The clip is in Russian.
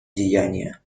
деяния